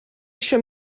eisiau